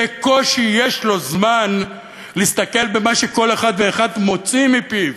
בקושי יש לו זמן להסתכל במה שכל אחד ואחד מוציא מפיו,